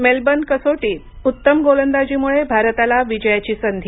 Melbourne कसोटीत उत्तम गोलंदाजीमुळे भारताला विजयाची संधी